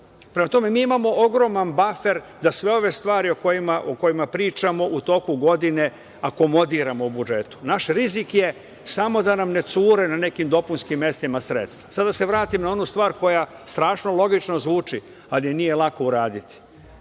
tome, mi imamo ogroman bafer da sve ove stvari o kojima pričamo u toku godine akomodiramo u budžetu. Naš rizik je samo da nam ne cure na nekim dopunskim mestima sredstva. Sada da se vratim na onu stvar koja strašno logično zvuči, ali nije je lako uraditi.